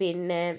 പിന്നെ